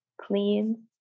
clean